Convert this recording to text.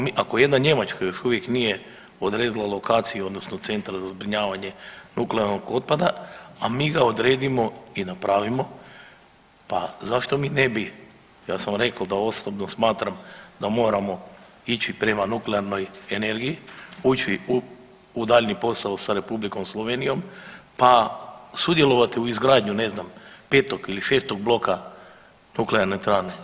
Ako smo, ako jedna Njemačka još uvijek nije odredila lokaciju odnosno centar za zbrinjavanje nuklearnog otpada, a mi ga odredimo i napravimo, pa zašto mi ne bi, ja sam rekao da osobno smatram da moramo ići prema nuklearnoj energiji, ući u daljnji posao sa R. Slovenijom pa sudjelovati u izgradnju, ne znam, 5. ili 6. bloka nuklearne elektrane.